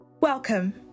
Welcome